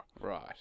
Right